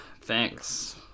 thanks